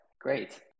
great